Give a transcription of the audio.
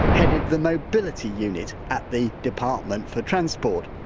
headed the mobility unit at the department for transport.